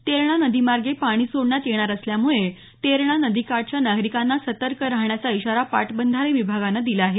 तेरणा नदीमार्गे पाणी सोडण्यात येणार असल्यामुळे तेरणा नदीकाठच्या नागरिकांना सतर्क राहण्याचा इशारा पाटबंधारे विभागानं दिला आहे